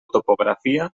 topografia